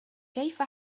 كيف